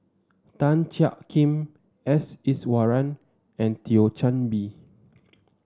Tan Jiak Kim S Iswaran and Thio Chan Bee